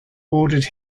ordered